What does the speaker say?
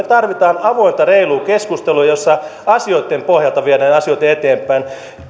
tarvitsemme avointa reilua keskustelua jossa asioitten pohjalta viedään asioita eteenpäin